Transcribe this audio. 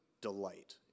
delight